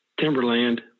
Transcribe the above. timberland